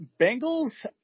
Bengals